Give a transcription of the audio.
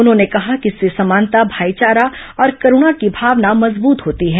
उन्होंने कहा कि इससे समानता भाईचारा और करुणा की भावना मजबूत होती है